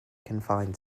confined